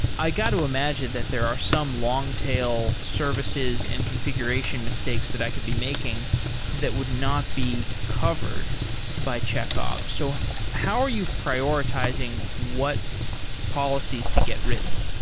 i got to imagine that there are some long-tail services and configuration mistakes that i could be making that would not be covered by chekhov. so how are you prioritizing what policies to get written?